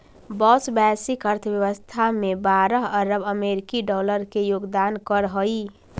बाँस वैश्विक अर्थव्यवस्था में बारह अरब अमेरिकी डॉलर के योगदान करऽ हइ